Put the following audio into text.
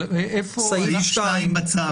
אבל איפה --- סעיף 2 בצו,